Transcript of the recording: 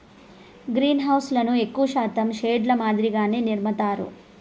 గ్రీన్హౌస్లను ఎక్కువ శాతం షెడ్ ల మాదిరిగానే నిర్మిత్తారు